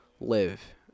live